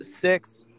six